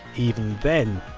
even then.